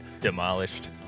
Demolished